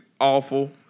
awful